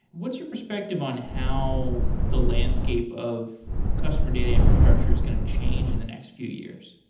what's your perspective on how the landscape of customer data infrastructure is going to change in the next few years?